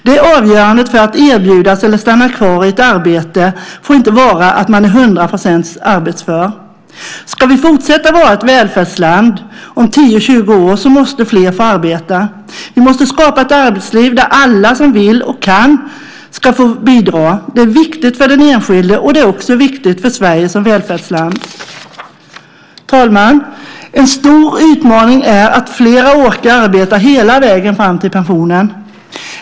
Det avgörande för att erbjudas eller stanna kvar i ett arbete får inte vara att man är hundra procent arbetsför. Om vi ska fortsätta att vara ett välfärdsland om 10-20 år måste fler få arbeta. Vi måste skapa ett arbetsliv där alla som vill och kan ska få bidra. Det är viktigt för den enskilde, och det är också viktigt för Sverige som välfärdsland. Fru talman! En stor utmaning är att flera orkar arbeta hela vägen fram till pensionen.